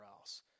else